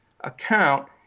account –